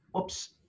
Oops